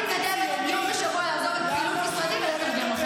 אני מתנדבת יום בשבוע לעזוב את פעילות משרדי ולתרגם לכם.